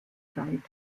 zeit